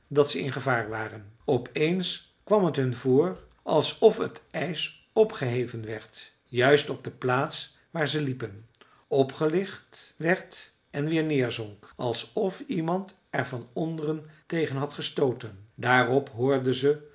dat ze in gevaar waren op eens kwam het hun voor alsof het ijs opgeheven werd juist op de plaats waar ze liepen opgelicht werd en weer neerzonk alsof iemand er van onderen tegen had gestooten daarop hoorden ze